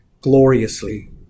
gloriously